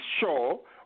show